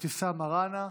אבתיסאם מראענה,